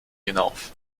hinauf